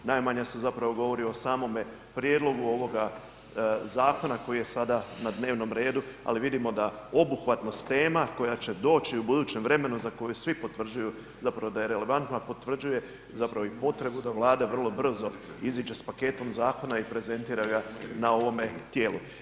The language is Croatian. Najmanje se zapravo govori o samome prijedlogu ovoga zakona koji je sada na dnevnom redu, ali vidimo da obuhvatnost tema koja će doći u budućem vremenu za koje svi potvrđuju da je relevantna, potvrđuje i potrebu da Vlada vrlo brzo iziđe s paketom zakona i prezentira ga na ovome tijelu.